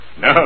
No